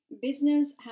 Business